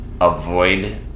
avoid